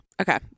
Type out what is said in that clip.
Okay